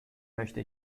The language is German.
möchte